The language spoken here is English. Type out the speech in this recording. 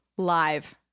Live